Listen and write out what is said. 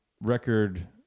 record